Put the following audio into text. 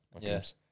Yes